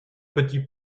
petit